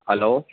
hello